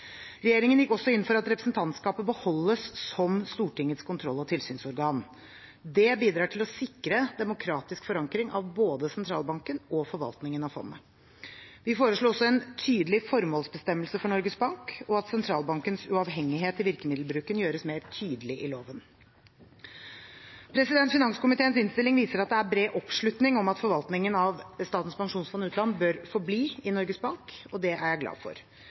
Regjeringen gikk også inn for at representantskapet beholdes som Stortingets kontroll- og tilsynsorgan. Det bidrar til å sikre demokratisk forankring av både sentralbanken og forvaltningen av fondet. Vi foreslo også en tydelig formålsbestemmelse for Norges Bank og at sentralbankens uavhengighet i virkemiddelbruken gjøres mer tydelig i loven. Finanskomiteens innstilling viser at det er bred oppslutning om at forvaltningen av Statens pensjonsfond utland bør forbli i Norges Bank. Det er jeg glad for.